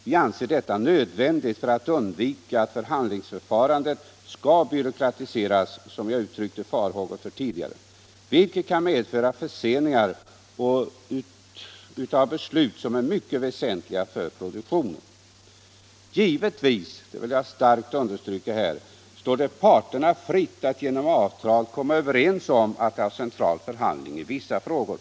Vi anser detta nödvändigt för att undvika att förhandlingsförfarandet byråkratiseras, vilket jag tidigare uttryckte farhågor för och vilket kan medföra betydande förseningar av beslut som är väsentliga för produktionen. Givetvis — det vill jag starkt un | derstryka — står det parterna fritt att genom avtal komma överens om att ha central förhandling i vissa frågor.